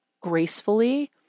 gracefully